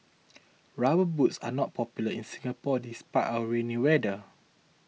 rubber boots are not popular in Singapore despite our rainy weather